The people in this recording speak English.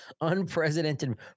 unprecedented